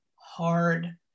hard